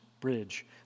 bridge